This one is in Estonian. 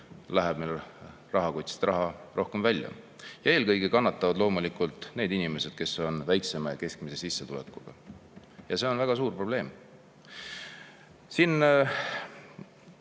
läheb meil rahakotist rohkem raha välja. Eelkõige kannatavad loomulikult need inimesed, kes on väiksema ja keskmise sissetulekuga. See on väga suur probleem.